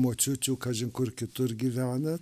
močiučių kažin kur kitur gyvena